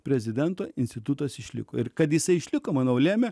prezidento institutas išliko ir kad jisai išliko manau lemia